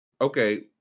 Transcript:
okay